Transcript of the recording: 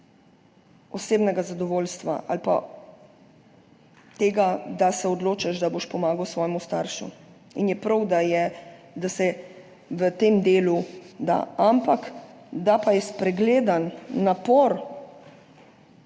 osebnega zadovoljstva ali pa tega, da se odločiš, da boš pomagal svojemu staršu. Prav je, da se v tem delu da, ampak da pa je spregledan napor